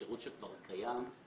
שירות שכבר קיים,